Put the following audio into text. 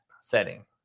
setting